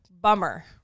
bummer